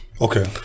okay